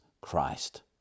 Christ